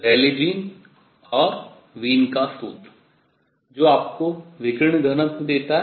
रेले Jeans और Wien का सूत्र जो आपको विकिरण घनत्व देता है